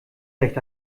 echt